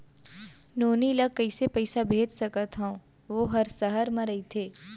नोनी ल कइसे पइसा भेज सकथव वोकर ह सहर म रइथे?